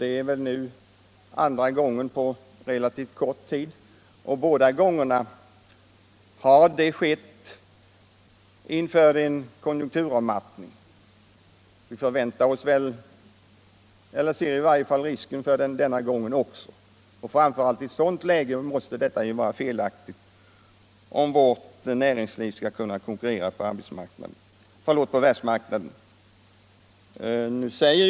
Det är nu andra gången på relativt kort tid som detta inträffar, och båda gångerna har det skett inför en konjunkturavmattning. Vi ser i varje fall risken för en konjunkturavmattning denna gång också, och framför allt i ett sådant läge kan det inte vara riktigt, om vårt näringsliv skall kunna konkurrera på världsmarknaden, att den offentliga sektorn är löneledande.